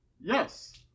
Yes